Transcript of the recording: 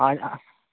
all ఆ